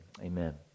Amen